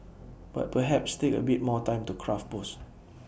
but perhaps take A bit more time to craft posts